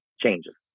changes